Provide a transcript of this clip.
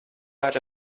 out